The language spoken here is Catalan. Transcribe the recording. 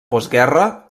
postguerra